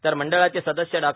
तर मंडळाचे सदस्य डॉ